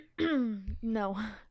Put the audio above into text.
No